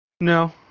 No